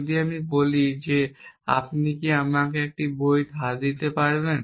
যদি আমি বলি যে আপনি কি আমাকে এখন একটি বই ধার দিতে পারবেন